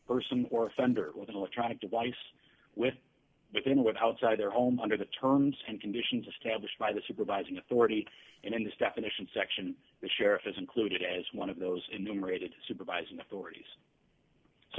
person or offender with an electronic device with within with outside their home under the terms and conditions of stablish by the supervising authority and in this definition section the sheriff is included as one of those in numerated supervised authorities so